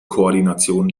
koordination